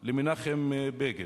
של מנחם בגין.